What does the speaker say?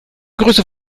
grüße